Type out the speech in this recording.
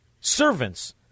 servants